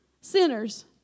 sinners